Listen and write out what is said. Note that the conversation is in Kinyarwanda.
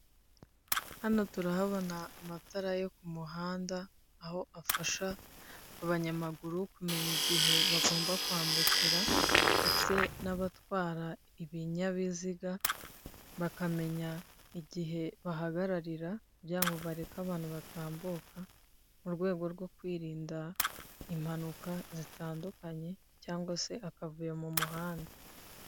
Hano turahabona amatara yo kumuhanda aho afasha abanyamaguru kumenya igihe bagomba kwambukira ndetse n'abatwara ibinyabiziga bakamenya igihe bahagararira kugirango bareka abantu batambuka, mu rwego rwo kwirinda impanuka zitandukanye cyangwa se akavuyo mu muhanda.